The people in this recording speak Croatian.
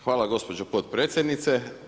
Hvala gospođo potpredsjednice.